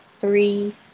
three